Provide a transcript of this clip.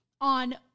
on